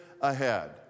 ahead